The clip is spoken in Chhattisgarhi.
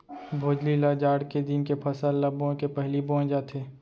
भोजली ल जाड़ के दिन के फसल ल बोए के पहिली बोए जाथे